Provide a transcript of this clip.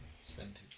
spend